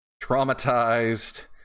traumatized